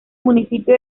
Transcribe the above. municipio